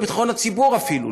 בביטחון הציבור אפילו,